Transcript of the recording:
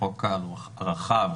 החוק הרחב,